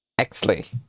Exley